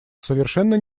совершенно